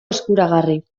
eskuragarri